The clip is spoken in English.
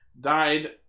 died